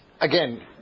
Again